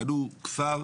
קנו כפר,